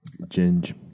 Ginge